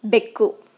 ಬೆಕ್ಕು